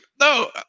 no